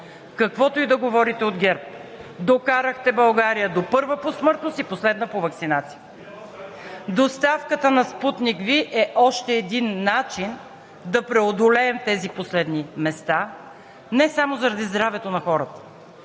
Каквото и да говорите от ГЕРБ, докарахте България до първа по смъртност и последна по ваксинация. Доставката на „Спутник V“ е още един начин да преодолеем тези последни места не само заради здравето на хората,